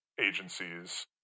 agencies